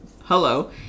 Hello